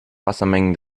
wassermengen